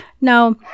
now